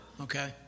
Okay